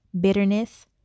bitterness